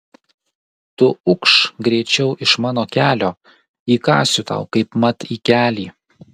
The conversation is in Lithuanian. tu ukš greičiau iš mano kelio įkąsiu tau kaipmat į kelį